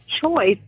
choice